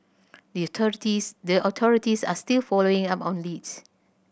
the authorities the authorities are still following up on leads